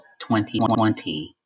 2020